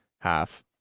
half